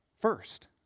First